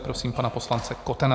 Prosím pana poslance Kotena.